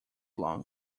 long